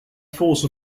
force